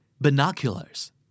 Binoculars